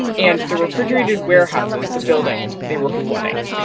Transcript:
and the refrigerated warehouses, the buildings they were flooding.